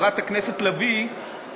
חברת הכנסת לביא,